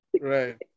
right